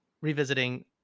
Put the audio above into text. revisiting